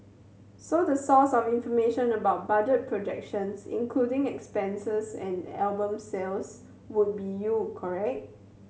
so the source of information about budget projections including expense and album sales would be you correct